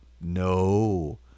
No